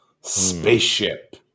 Spaceship